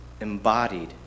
embodied